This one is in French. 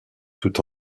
tout